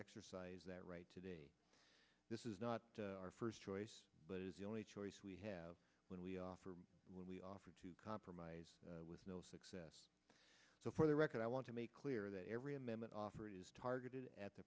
exercise that right today this is not our first choice but it is the only choice we have when we offer when we offer to compromise with no success so for the record i want to make clear that every amendment offered is targeted at the